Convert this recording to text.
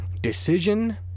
decision